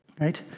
Right